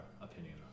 opinion